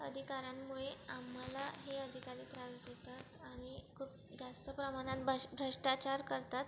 अधिकारांमुळे आम्हाला हे अधिकारी त्रास देतात आणि खूप जास्त प्रमाणात भश भ्रष्टाचार करतात